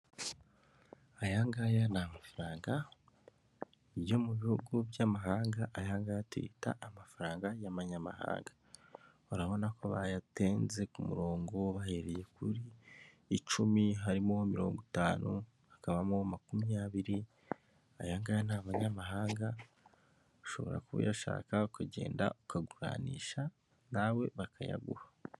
Aya ni amafaranga yo mu bihugu by'amahanga, aya tuyita amafaranga y'amanyamahanga. Urabona ko bayatenze ku murongo bahereye ku icumi. Harimo: mirongo itanu, makumyabiri. aya ni amanyamahanga, ushobora kuba uyashaka, ukagenda ukagurisha nawe bakayaguha.